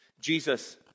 Jesus